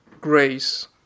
grace